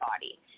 body